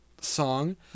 song